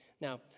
Now